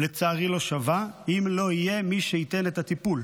לצערי לא שווה אם לא יהיה מי שייתן את הטיפול.